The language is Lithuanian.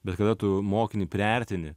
bet kada tu mokinį priartini